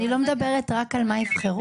אני לא מדברת רק על מה יבחרו,